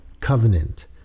covenant